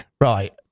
Right